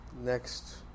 next